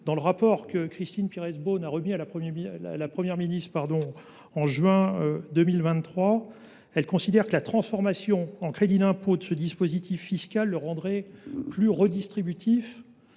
Dans le rapport que Christine Pirès Beaune a remis à la Première ministre en juin 2023, notre collègue considère que la transformation en crédit d’impôt de ce dispositif fiscal le rendrait plus redistributif.